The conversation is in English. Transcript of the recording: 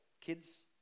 kids